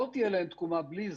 לא תהיה להן תקומה בלי זה.